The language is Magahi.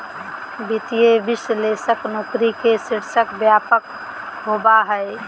वित्तीय विश्लेषक नौकरी के शीर्षक व्यापक होबा हइ